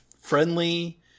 friendly